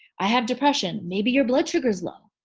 i have depression, maybe your blood sugar's low.